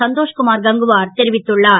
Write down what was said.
சந்தோ குமார் கங்குவார் தெரிவித்துள்ளார்